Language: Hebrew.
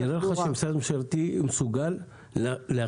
אני לא חושב שמשרד ממשלתי מסוגל להחיל